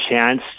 chance